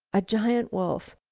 a giant wolf,